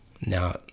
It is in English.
Now